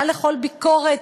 מעל לכל ביקורת,